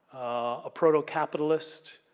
a proto-capitalist